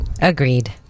Agreed